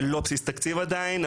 לא בסיס תקציב עדיין,